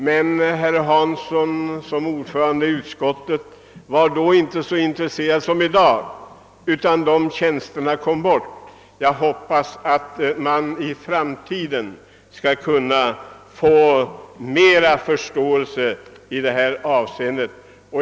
Men herr Hansson var då som ordförande i utskottet inte lika intresserad som i dag, och de av mig föreslagna tjänsterna kom bort. Jag hoppas att man i framtiden skall få större förståelse för sådana åtgärder.